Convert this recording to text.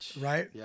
right